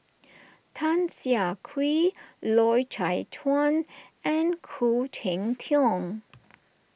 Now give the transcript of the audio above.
Tan Siah Kwee Loy Chye Chuan and Khoo Cheng Tiong